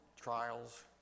trials